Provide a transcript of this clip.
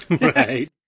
Right